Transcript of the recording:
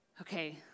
okay